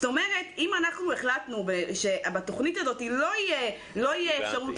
אם החלטנו שבתכנית הזו לא תהיה אפשרות